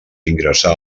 ingressà